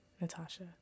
Natasha